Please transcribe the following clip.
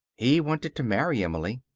he wanted to marry emily.